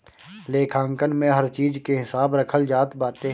लेखांकन में हर चीज के हिसाब रखल जात बाटे